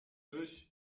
durch